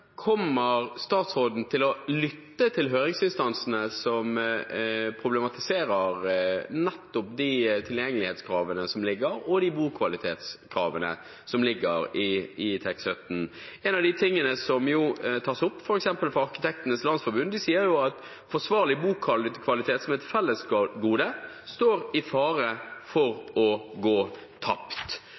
til å lytte til høringsinstansene som problematiserer de tilgjengelighetskravene som foreligger, og de bokvalitetskravene som ligger i TEK17? En av de tingene som tas opp, f.eks. av Norske arkitekters landsforbund, er at forsvarlig bokvalitet som et fellesgode står i fare for å gå tapt.